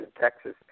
Texas